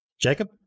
Jacob